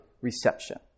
reception